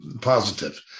positive